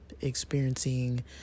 experiencing